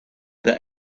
the